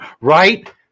Right